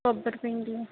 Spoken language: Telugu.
కొబ్బరి పిండి